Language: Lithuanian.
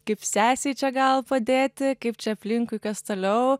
kaip sesei čia gal padėti kaip čia aplinkui kas toliau